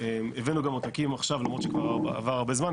הבאנו גם עותקים עכשיו למרות שכבר עבר הרבה זמן,